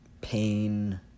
Pain